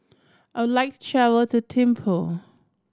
I would like to travel to Thimphu